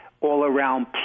all-around